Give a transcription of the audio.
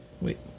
Wait